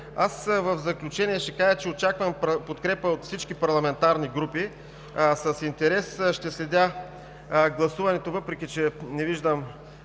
В заключение ще кажа, че очаквам подкрепа от всички парламентарни групи. С интерес ще следя гласуването, въпреки че не виждам